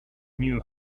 knew